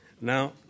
Now